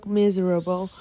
miserable